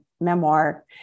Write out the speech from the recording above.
memoir